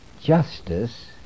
Justice